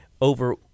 over